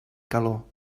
calor